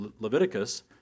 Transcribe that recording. Leviticus